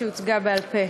שהוצגה בעל-פה.